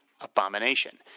abomination